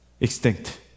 Extinct